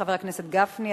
חבר הכנסת גפני,